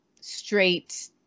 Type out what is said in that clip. straight